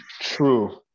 true